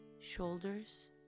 shoulders